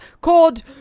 called